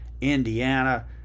Indiana